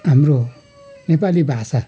हाम्रो नेपाली भाषा